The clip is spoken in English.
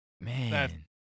Man